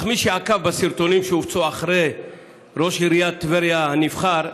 אך מי שעקב אחר הסרטונים שהופצו על ראש עיריית טבריה הנבחר,